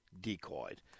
decoyed